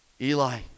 Eli